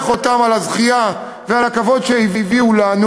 אותם על הזכייה ועל הכבוד שהביאו לנו,